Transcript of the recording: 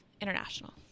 international